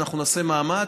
ואנחנו נעשה מאמץ,